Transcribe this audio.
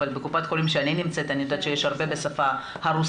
אבל בקופת החולים שאני נמצאת אני יודעת שיש הרבה בשפה הרוסית,